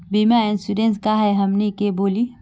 बीमा इंश्योरेंस का है हमनी के बोली?